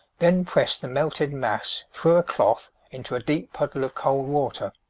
then press the melted mass through a cloth into a deep puddle of cold water.